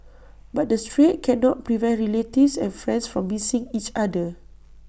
but the strait cannot prevent relatives and friends from missing each other